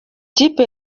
kipe